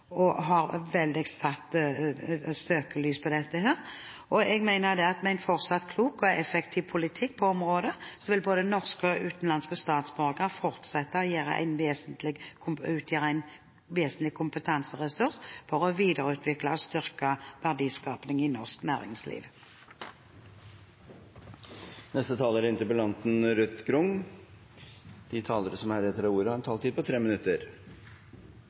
har tatt flere initiativ og har satt et veldig søkelys på dette. Jeg mener at med en fortsatt klok og effektiv politikk på området vil både norske og utenlandske statsborgere fortsette å utgjøre en vesentlig kompetanseressurs for å videreutvikle og styrke verdiskapingen i norsk næringsliv.